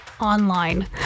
online